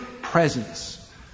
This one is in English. presence